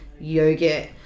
yogurt